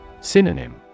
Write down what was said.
Synonym